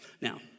Now